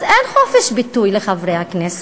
אז אין חופש ביטוי לחברי הכנסת.